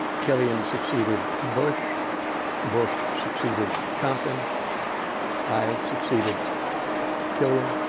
killian succeeded bush bush succeeded compton i succeeded killian,